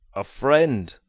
a friend,